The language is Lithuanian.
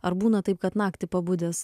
ar būna taip kad naktį pabudęs